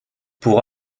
pour